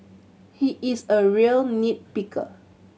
he is a real nit picker